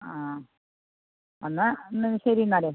ആ എന്നാൽ എന്നാൽ ശരി എന്നാൽ